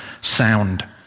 sound